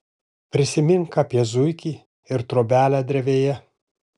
prisimink apie zuikį ir trobelę drevėje